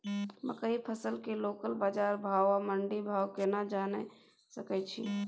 मकई फसल के लोकल बाजार भाव आ मंडी भाव केना जानय सकै छी?